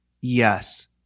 Yes